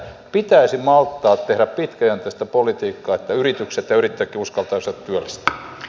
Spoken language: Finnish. pitäisi malttaa tehdä pitkäjänteistä politiikkaa että yritykset ja yrittäjätkin uskaltaisivat työllistää